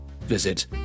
visit